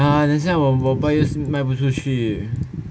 ah 等下我我卖又是卖不出去